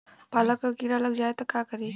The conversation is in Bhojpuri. पालक पर कीड़ा लग जाए त का करी?